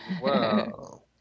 Wow